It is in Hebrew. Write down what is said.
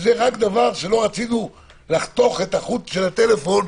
שזה רק דבר שלא רצינו לחתוך את החוט של הטלפון,